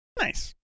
Nice